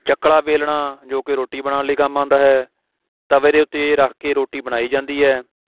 ਚੱਕਲਾ ਵੇਲਣਾ ਜੋ ਕਿ ਰੋਟੀ ਬਣਾਉਣ ਲਈ ਕੰਮ ਆਉਂਦਾ ਹੈ ਤਵੇ ਦੇ ਉੱਤੇ ਰੱਖ ਕੇ ਰੋਟੀ ਬਣਾਈ ਜਾਂਦੀ ਹੈ